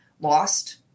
lost